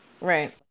Right